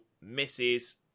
Misses